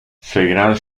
seguirán